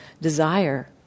desire